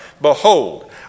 Behold